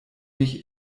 mich